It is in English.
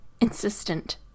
insistent